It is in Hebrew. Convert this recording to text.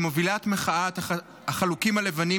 ממובילות מחאת החלוקים הלבנים,